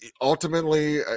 ultimately